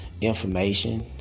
information